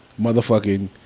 motherfucking